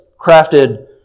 crafted